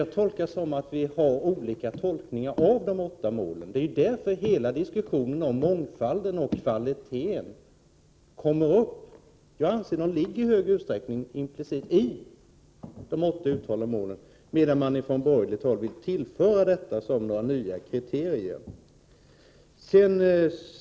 Jag tror att vi har olika tolkningar av de åtta målen — det är anledningen till att det uppstår en diskussion om mångfalden och kvaliteten. Jag anser att det i stor utsträckning ligger implicit i de åtta uttalade målen, medan man från borgerligt håll vill tillföra det som några nya kriterier. Herr talman!